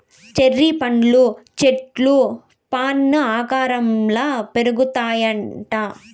cherry పండ్ల చెట్లు fan ఆకారంల పెరుగుతాయిట